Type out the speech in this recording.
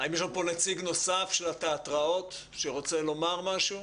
האם יש לנו פה נציג נוסף של התיאטראות שרוצה לומר משהו?